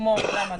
כמו: עולם התרבות,